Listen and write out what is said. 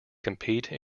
compete